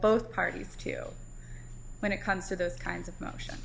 both parties to when it comes to those kinds of motion